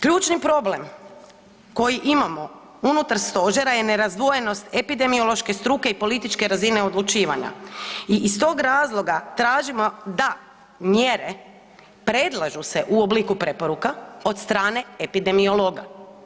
Ključni problem koji imamo unutar stožera je nerazdvojenost epidemiološke struke i političke razine odlučivanja i iz tog razloga tražimo da mjere predlažu se u obliku preporuka od strane epidemiologa.